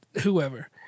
Whoever